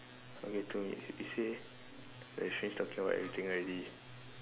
okay two minutes you say I finish talking about everything already